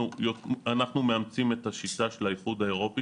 אנחנו מאמצים את השיטה של האיחוד האירופי